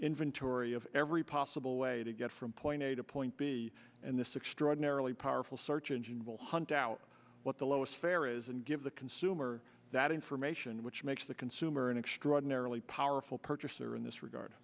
inventory of every possible way to get from point a to point b and this extraordinarily powerful search engine will hunt out what the lowest fare is and give the consumer that information which makes the consumer an extraordinarily powerful purchaser in this regard